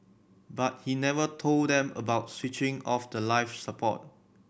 but he never told them about switching off the life support